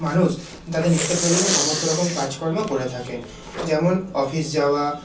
মানুষ তাদের নিত্য প্রয়োজনীয় সমস্ত রকম কাজকর্ম করে থাকেন যেমন অফিস যাওয়া